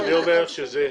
אני אומר שזה,